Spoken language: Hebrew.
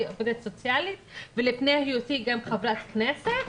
עובדת סוציאלית ולפני היותי גם חברת כנסת,